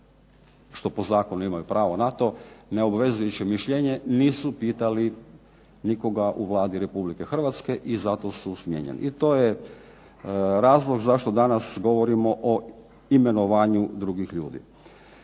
što po zakonu imaju pravo na to, neobvezujuće mišljenje, nisu pitali nikoga u Vladi Republike Hrvatske i zato su smijenjeni. I to je razlog zašto danas govorimo o imenovanju drugih ljudi.